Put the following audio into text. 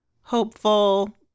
hopeful